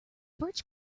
birch